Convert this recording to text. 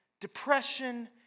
depression